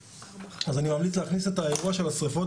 אז אני ממליץ להכניס את האירוע של השריפות